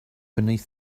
beneath